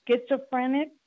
schizophrenic